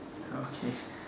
okay